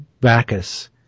Bacchus